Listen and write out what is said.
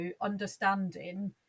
understanding